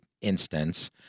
instance